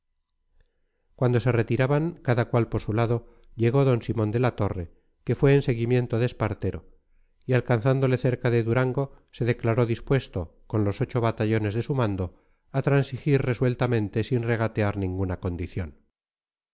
cuando se retiraban cada cual por su lado llegó d simón de la torre que fue en seguimiento de espartero y alcanzándole cerca de durango se declaró dispuesto con los ocho batallones de su mando a transigir resueltamente sin regatear ninguna condición